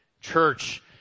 Church